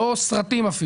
אפילו לא במגרסת סרטים,